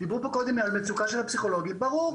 דיברו פה קודם על המצוקה של הפסיכולוגים ברור,